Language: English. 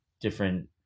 different